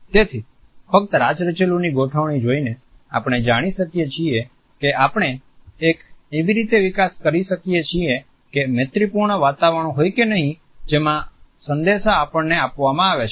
તેથી ફ્કત રાચરચીલુંની ગોઠવણી જોઈને આપણે જાણી શકીએ છીએ કે આપણે એક એવી રીતે વિકાસ કરી શકીએ છીએ કે મૈત્રીપૂર્ણ વાતાવરણ હોય કે નહિ જેમાં સંદેશા આપણને આપવામાં આવે છે